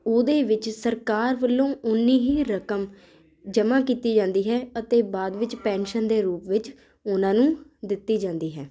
ਉਹਦੇ ਵਿੱਚ ਸਰਕਾਰ ਵੱਲੋਂ ਉਨੀ ਹੀ ਰਕਮ ਜਮ੍ਹਾਂ ਕੀਤੀ ਜਾਂਦੀ ਹੈ ਅਤੇ ਬਾਅਦ ਵਿੱਚ ਪੈਨਸ਼ਨ ਦੇ ਰੂਪ ਵਿੱਚ ਉਹਨਾਂ ਨੂੰ ਦਿੱਤੀ ਜਾਂਦੀ ਹੈ